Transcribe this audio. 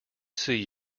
see